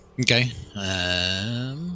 okay